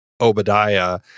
Obadiah